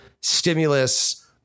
stimulus